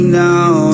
now